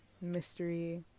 mystery